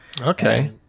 okay